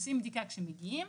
עושים בדיקה כשמגיעים.